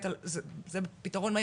זה פתרון מהיר,